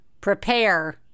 prepare